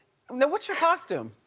i mean what's your costume?